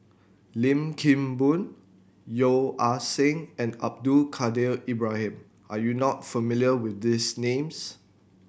Lim Kim Boon Yeo Ah Seng and Abdul Kadir Ibrahim are you not familiar with these names